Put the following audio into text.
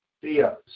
theos